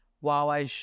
wow